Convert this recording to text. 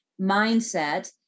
mindset